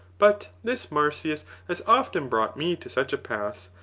but this marsyas has often brought me to such a pass,